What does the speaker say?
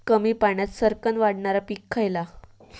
कमी पाण्यात सरक्कन वाढणारा पीक खयला?